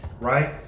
right